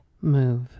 move